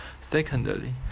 Secondly